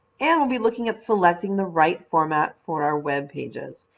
and we'll be looking at selecting the right format for our web pages.